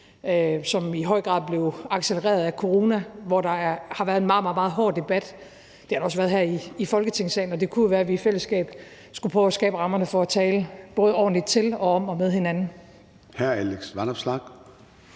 som i høj grad blev accelereret af corona, hvor der har været en meget, meget hård debat. Det har der også været her i Folketingssalen, og det kunne jo være, at vi i fællesskab skulle prøve at skabe rammerne for at tale ordentligt både til og om og med hinanden.